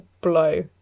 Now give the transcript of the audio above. blow